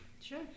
Sure